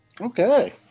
Okay